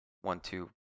one-two